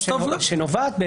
שנובעת,